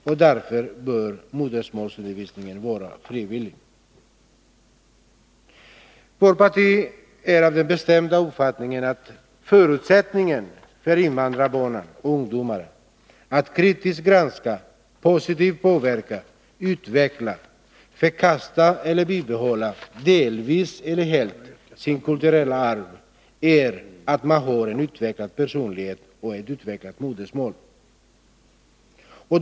Och därför bör modermålsundervisningen vara frivillig. Vårt parti är av den bestämda uppfattningen att förutsättningen för invandrarbarnen och ungdomarna att kritiskt granska, positivt påverka, utveckla, helt eller delvis förkasta eller bibehålla sitt kulturella arv, är att man har en egen utvecklad personlighet och ett utvecklat modersmål.